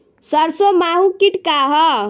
सरसो माहु किट का ह?